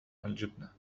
الجبنة